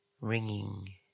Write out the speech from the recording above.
ringing